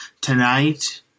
Tonight